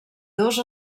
dos